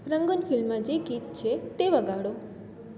Rangoon ફિલ્મમાં જે ગીત છે તે વગાડો